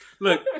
Look